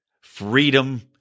freedom